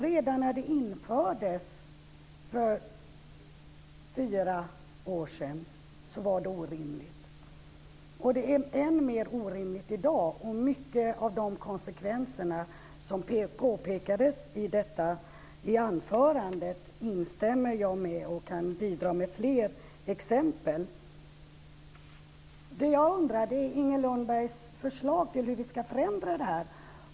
Redan när det infördes för fyra år sedan var det orimligt, och det är än mer orimligt i dag. Mycket av de konsekvenser som påpekades i anförandet instämmer jag i, och jag kan bidra med fler exempel. Det som jag undrar över är Inger Lundbergs förslag till hur vi ska förändra reglerna.